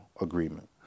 agreement